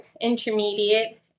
intermediate